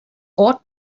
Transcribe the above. ought